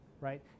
Right